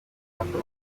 nako